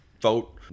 vote